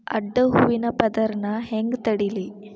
ಅಡ್ಡ ಹೂವಿನ ಪದರ್ ನಾ ಹೆಂಗ್ ತಡಿಲಿ?